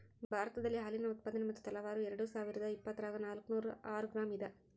ಭಾರತದಲ್ಲಿ ಹಾಲಿನ ಉತ್ಪಾದನೆ ಮತ್ತು ತಲಾವಾರು ಎರೆಡುಸಾವಿರಾದ ಇಪ್ಪತ್ತರಾಗ ನಾಲ್ಕುನೂರ ಆರು ಗ್ರಾಂ ಇದ